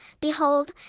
Behold